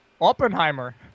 Oppenheimer